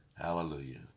Hallelujah